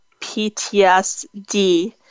PTSD